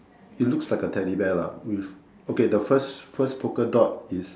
it looks like a teddy bear lah with okay the first first polka dot is